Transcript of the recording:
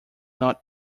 not